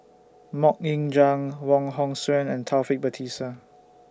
Mok Ying Jang Wong Hong Suen and Taufik Batisah